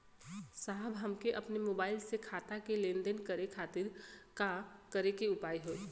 साहब हमके अपने मोबाइल से खाता के लेनदेन करे खातिर का करे के होई?